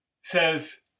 says